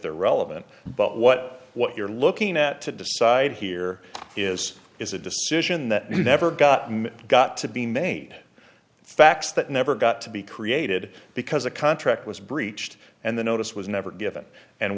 they're relevant but what what you're looking at to decide here is is a decision that you never got got to be made facts that never got to be created because a contract was breached and the notice was never given and